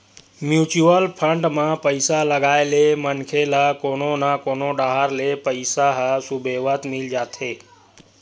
mutual fund म पइसा लगाए ले मनखे ल कोनो न कोनो डाहर ले पइसा ह सुबेवत मिल जाथे